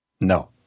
No